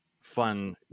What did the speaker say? fun